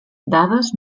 dades